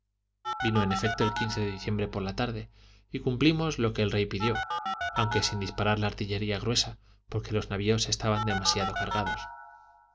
vino en efecto el de diciembre por la tarde y cumplimos lo que el rey pidió aunque sin disparar la artillería gruesa porque los navios estaban demasiado cargados